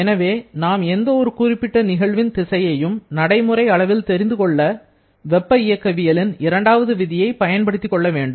எனவே நாம் எந்த ஒரு குறிப்பிட்ட நிகழ்வின் திசையையும் நடைமுறை அளவில் தெரிந்துகொள்ள வெப்ப இயக்கவியலின் இரண்டாவது விதியை பயன்படுத்திக்கொள்ளவேண்டும்